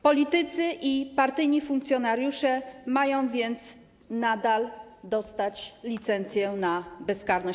Politycy i partyjni funkcjonariusze mają więc nadal dostać licencję na bezkarność.